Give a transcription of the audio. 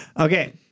Okay